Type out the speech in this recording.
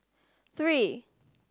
three